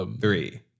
Three